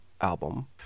album